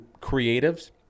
creatives